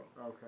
Okay